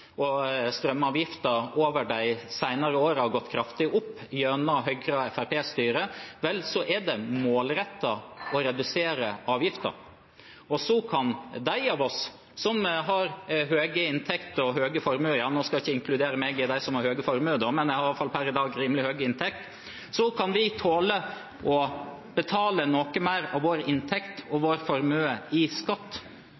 og strømavgiften over de senere årene har gått kraftig opp, gjennom Høyre-Fremskrittsparti-styre, er det målrettet å redusere avgiften. Så kan de av oss som har høye inntekter og høye formuer – nå skal jeg ikke inkludere meg i dem som har høye formuer, men jeg har iallfall per i dag rimelig høy inntekt – tåle å betale noe mer av vår inntekt og